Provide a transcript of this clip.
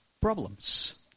problems